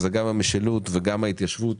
וזה גם המשילות וגם ההתיישבות,